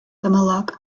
gymylog